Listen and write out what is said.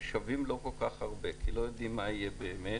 שווים לא כל כך הרבה כי לא יודעים מה יהיה באמת,